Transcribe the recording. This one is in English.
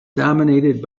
dominated